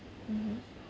mmhmm